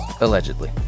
Allegedly